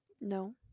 No